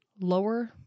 lower